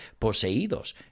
poseídos